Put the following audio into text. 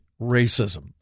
racism